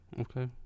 okay